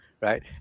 right